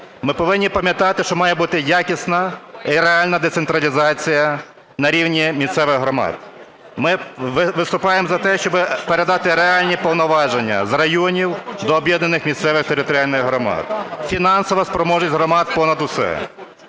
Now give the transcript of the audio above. Ми повинні пам'ятати, що має бути якісна і реальна децентралізація на рівні місцевих громад. Ми виступаємо за те, щоби передати реальні повноваження з районів до об'єднаних місцевих територіальних громад. Фінансова спроможність громад - понад усе,